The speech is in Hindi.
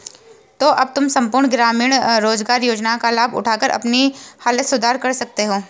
तो अब तुम सम्पूर्ण ग्रामीण रोज़गार योजना का लाभ उठाकर अपनी हालत सुधार सकते हो